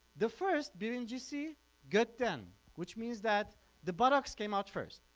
the first birincisi gotten, which means that the buttocks came out first.